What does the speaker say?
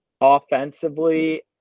offensively